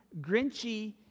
grinchy